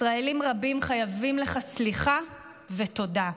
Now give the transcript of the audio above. ישראלים רבים חייבים לך סליחה ותודה.